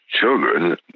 children